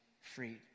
freed